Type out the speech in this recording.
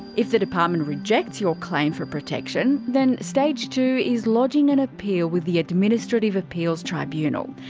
if the department rejects your claim for protection, then stage two is lodging an appeal with the administrative appeals tribunal.